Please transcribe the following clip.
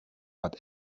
but